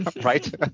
Right